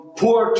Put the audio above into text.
poor